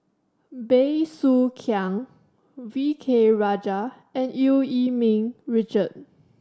Bey Soo Khiang V K Rajah and Eu Yee Ming Richard